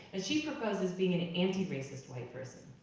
and she proposes being an anti-racist white person.